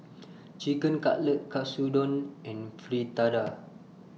Chicken Cutlet Katsudon and Fritada